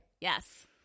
Yes